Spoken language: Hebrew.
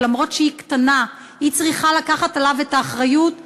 ולמרות שהיא קטנה היא צריכה לקחת את האחריות עליו,